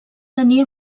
tenir